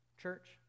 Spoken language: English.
Church